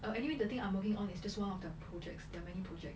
but anyway the thing I'm working on is just one of the projects there are many project